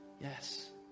Yes